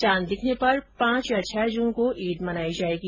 चांद दिखने पर पांच या छह जून को ईद मनाई जायेगी